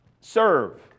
Serve